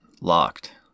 locked